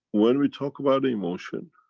when we talk about emotion